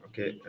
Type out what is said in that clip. Okay